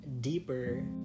deeper